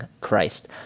Christ